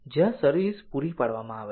જ્યાં સર્વિસ પૂરી પાડવામાં આવે છે